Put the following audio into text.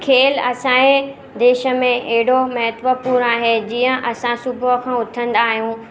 खेल असांजे देश में अहिड़ो महत्वपूर्ण आहे जीअं असां सुबुह खां उथंदा आहियूं